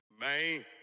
Man